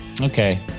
okay